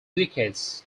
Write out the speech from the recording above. decades